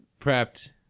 prepped